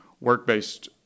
work-based